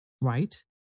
right